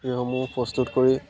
সেইসমূহ প্ৰস্তুত কৰি